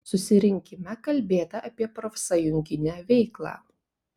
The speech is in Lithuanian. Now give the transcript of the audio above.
susirinkime kalbėta apie profsąjunginę veiklą